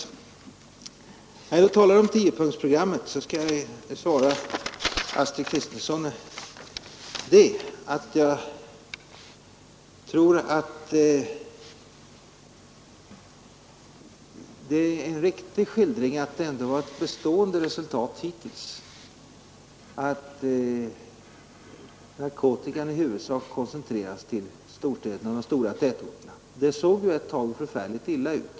Och när jag talar om tiopunktsprogrammet skall jag svara Astrid Kristensson, att jag tror det är en riktig skildring att det ändå varit ett bestående resultat hittills, att narkotikan i huvudsak koncentreras till storstäderna, de stora tätorterna. Det såg ju ett tag förfärligt illa ut.